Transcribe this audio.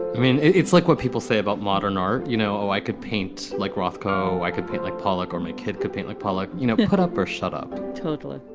i mean, it's like what people say about modern art. you know, oh, i could paint like rothko, i could paint like pollock or my kid could paint like pollock, you know, put up or shut up. totally.